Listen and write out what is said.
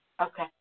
Okay